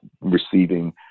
receiving